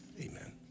amen